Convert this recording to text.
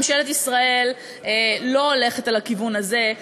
ממשלת ישראל לא הולכת לכיוון הזה,